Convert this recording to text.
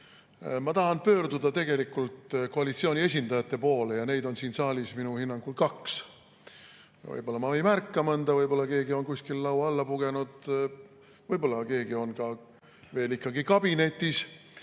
Ma tahan pöörduda koalitsiooni esindajate poole. Neid on siin saalis minu hinnangul kaks. Võib-olla ma ei märka mõnda, võib-olla keegi on kuskil laua alla pugenud, võib-olla keegi on veel ikkagi kabinetis